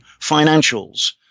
financials